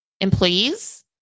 employees